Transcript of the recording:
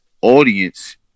audience